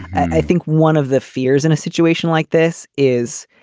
and i think one of the fears in a situation like this is